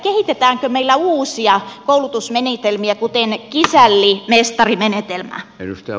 kehitetäänkö meillä uusia koulutusmenetelmiä kuten kisällimestari menetelmää